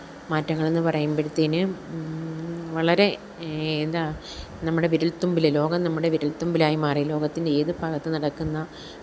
മാറ്റങ്ങളെന്നു പറയുമ്പോഴത്തേന് വളരെ എന്താ നമ്മുടെ വിരല്ത്തുമ്പിൽ ലോകം നമ്മുടെ വിരല്ത്തുമ്പിലായി മാറി ലോകത്തിന്റെ ഏതു ഭാഗത്തു നടക്കുന്ന